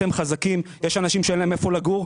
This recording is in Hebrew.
אתם חזקים, יש אנשים שאין להם איפה לגור.